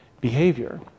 behavior